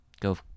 Go